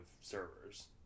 servers